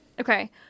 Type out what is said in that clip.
Okay